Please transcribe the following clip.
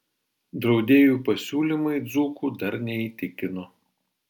draudėjų pasiūlymai dzūkų dar neįtikino